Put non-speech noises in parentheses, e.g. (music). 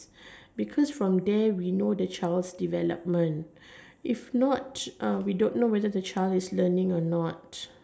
(breath) because from there we know the child's development (breath) if not (noise) uh we don't know whether the child is learning or not